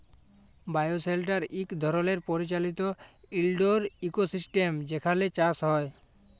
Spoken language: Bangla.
বায়োশেল্টার ইক ধরলের পরিচালিত ইলডোর ইকোসিস্টেম যেখালে চাষ হ্যয়